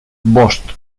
bost